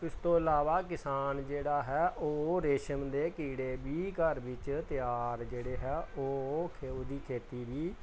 ਇਸ ਤੋਂ ਇਲਾਵਾ ਕਿਸਾਨ ਜਿਹੜਾ ਹੈ ਉਹ ਰੇਸ਼ਮ ਦੇ ਕੀੜੇ ਵੀ ਘਰ ਵਿੱਚ ਤਿਆਰ ਜਿਹੜੇ ਹੈ ਉਹ ਉਹਦੀ ਖੇਤੀ ਵੀ